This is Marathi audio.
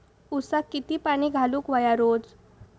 ऊसाक किती पाणी घालूक व्हया रोज?